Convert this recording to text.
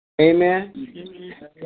Amen